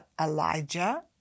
Elijah